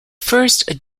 first